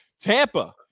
Tampa